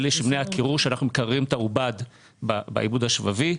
אלה שאנחנו מקררים את העובד בעיבוד השבבי.